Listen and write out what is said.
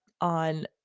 on